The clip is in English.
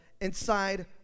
inside